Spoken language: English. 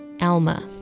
Alma